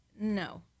No